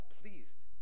pleased